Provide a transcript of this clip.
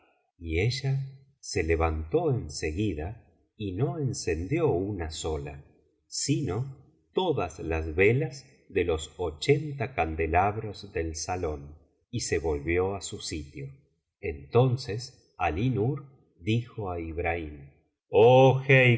y ella se levantó en seguida y no encendió una sola sino todas las velas de los ochenta candelabros del salón y se volvió á su sitio entonces alí nur dijo á ibrahim oh